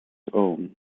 own